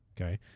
okay